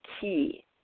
key